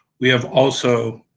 we have also